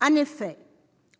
En effet,